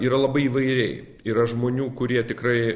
yra labai įvairiai yra žmonių kurie tikrai